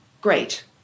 Great